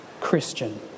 Christian